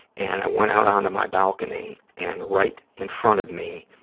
and i went out onto my balcony and right in front of me